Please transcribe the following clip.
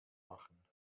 machen